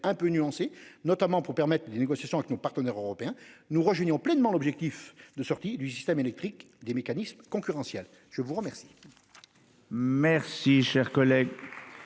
un peu nuancés, notamment pour permettre des négociations avec nos partenaires européens, nous approuvons pleinement l'objectif de sortie du système électrique des mécanismes concurrentiels. La parole